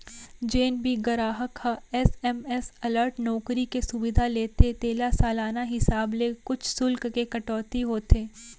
जेन भी गराहक ह एस.एम.एस अलर्ट नउकरी के सुबिधा लेथे तेला सालाना हिसाब ले कुछ सुल्क के कटौती होथे